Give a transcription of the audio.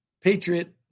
Patriot